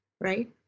right